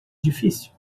difícil